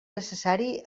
necessari